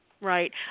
Right